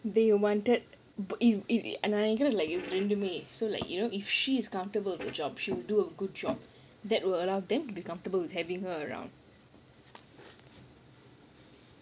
they wanted bu~ i~ if and I like ஆனா எதுவுமே இல்ல ரெண்டுமே:aanaa edhuvumae illa rendumae so like you know if she is comfortable with the job she would do a good job that will allow them to be comfortable with having her around